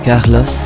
Carlos